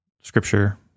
scripture